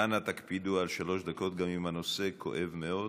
אנא תקפידו על שלוש דקות, גם אם הנושא כואב מאוד